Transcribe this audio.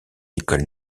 école